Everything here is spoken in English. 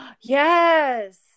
Yes